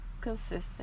Consistent